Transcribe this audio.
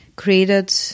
created